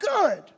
good